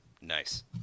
Nice